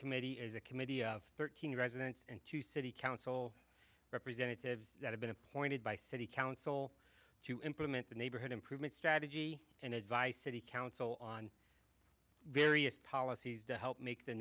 committee is a committee of thirteen residents and two city council representatives that have been appointed by city council to implement the neighborhood improvement strategy and advice city council on various policies that help make the